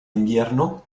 invierno